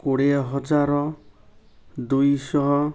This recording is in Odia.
କୋଡ଼ିଏ ହଜାର ଦୁଇଶହ